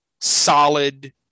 solid